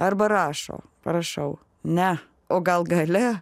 arba rašo parašau ne o gal gali